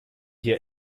hier